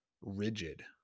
rigid